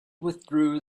withdrew